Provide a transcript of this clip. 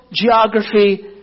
geography